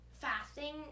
fasting